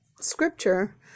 scripture